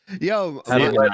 Yo